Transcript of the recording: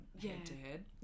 head-to-head